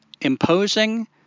imposing